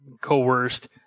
coerced